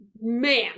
man